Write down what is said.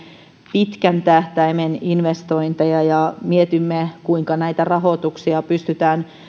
pitkän tähtäimen investointeja ja mietimme kuinka rahoituksia pystytään